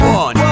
one